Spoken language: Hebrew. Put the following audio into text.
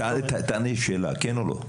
תענה לי בכן או לא.